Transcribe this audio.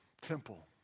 Temple